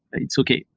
it's okay.